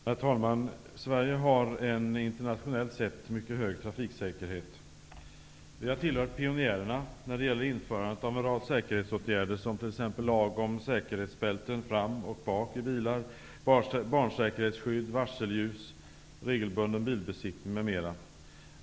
Herr talman! Sverige har en internationellt sett mycket hög trafiksäkerhet. Vi har tillhört pionjärerna när det gäller införandet av en rad säkerhetsåtgärder, t.ex. lag om säkerhetsbälten fram och bak i bilar, barnsäkerhetsskydd, varselljus och regelbunden bilbesiktning.